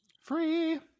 Free